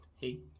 hey